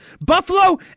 Buffalo